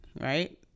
Right